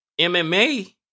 MMA